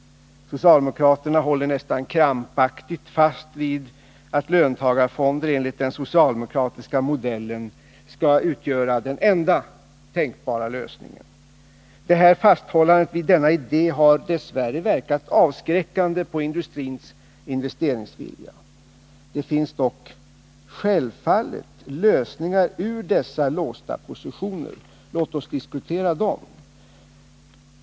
Socialdemokraterna håller nästan krampaktigt fast vid att löntagarfonder enligt den socialdemokratiska modellen är den enda tänkbara lösningen. Detta fasthållande vid denna idé har dess värre verkat avskräckande på industrins investeringsvilja. Det finns dock självfallet vägar ut ur dessa nuvarande låsta positioner. Låt oss diskutera dem.